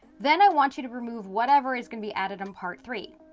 then i want you to remove whatever is gonna be added in part three.